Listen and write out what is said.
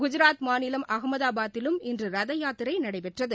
குஜராத் மாநிலம் அகமதாபாத்திலும் இன்று ரத யாத்திரை நடைபெற்றது